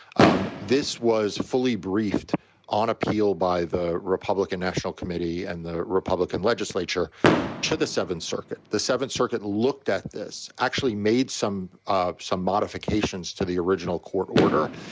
um this was fully briefed on appeal by the republican national committee and the republican legislature to the seventh circuit. the seventh circuit looked at this, actually made some ah some modifications to the original court order.